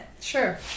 Sure